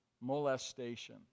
molestation